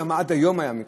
גם עד היום היה מתחשב,